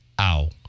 Ow